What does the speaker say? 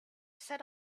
set